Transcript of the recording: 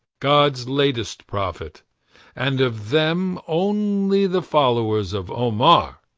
god's latest prophet and of them, only the followers of omar,